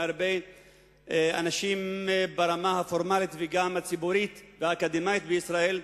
מהרבה אנשים ברמה הפורמלית וגם הציבורית והאקדמית בישראל,